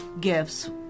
gifts